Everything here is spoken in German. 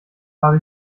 habe